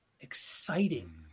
exciting